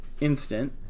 instant